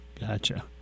gotcha